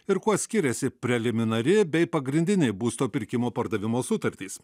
ir kuo skiriasi preliminari bei pagrindinė būsto pirkimo pardavimo sutartys